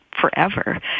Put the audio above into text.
forever